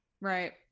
Right